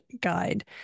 guide